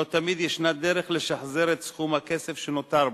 לא תמיד ישנה דרך לשחזר את סכום הכסף שנותר בו,